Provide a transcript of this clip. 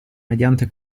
mediante